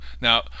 now